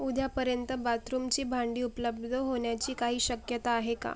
उद्यापर्यंत बाथरूमची भांडी उपलब्ध होण्याची काही शक्यता आहे का